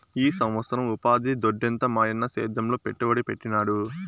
ఈ సంవత్సరం ఉపాధి దొడ్డెంత మాయన్న సేద్యంలో పెట్టుబడి పెట్టినాడు